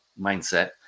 mindset